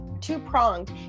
Two-pronged